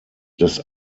des